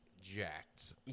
jacked